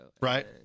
Right